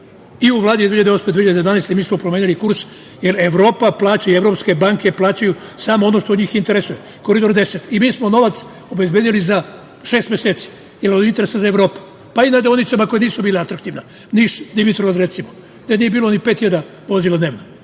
I u Vladi 2008-2012. mi smo promenili kurs, jer Evropa i evropske banke plaćaju samo ono što njih interesuje, Koridor 10. I mi smo novac obezbedili za šest meseci, jer je od interesa za Evropu, pa i na deonicama koje nisu bili atraktivne. Recimo, Niš-Dimitrovgrad, gde nije bilo ni pet hiljada poziva dnevno,